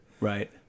Right